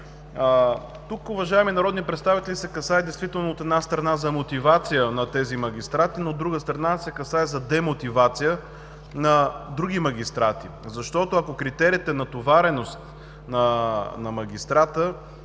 Тук, уважаеми народни представители, се касае, от една страна, за мотивация на тези магистрати, но, от друга страна, се касае за демотивация на други магистрати. Защото, ако критерият и натовареността на магистрата